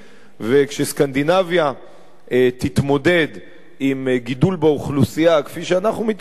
וכשסקנדינביה תתמודד עם גידול באוכלוסייה כפי שאנחנו מתמודדים,